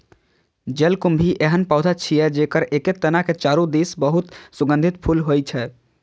जलकुंभी एहन पौधा छियै, जेकर एके तना के चारू दिस बहुत सुगंधित फूल होइ छै